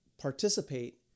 participate